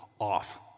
off